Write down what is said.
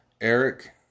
Eric